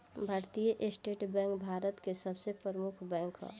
भारतीय state bank Bharat के सबसे प्रमुख बैंक ह